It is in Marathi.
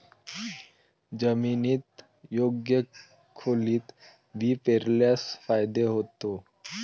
जमिनीत योग्य खोलीत बी पेरल्यास फायदा होतो